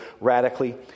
radically